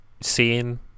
seeing